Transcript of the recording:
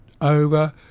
over